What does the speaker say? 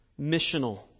Missional